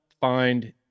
find